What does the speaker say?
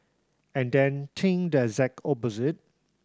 and then think the exact opposite